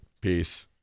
Peace